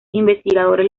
investigadores